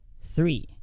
Three